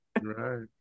Right